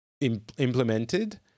implemented